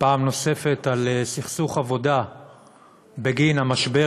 פעם נוספת על סכסוך עבודה בגין המשבר